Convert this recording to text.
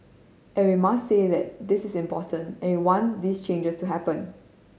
and we must say that this is important and want these changes to happen